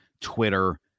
Twitter